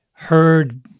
Heard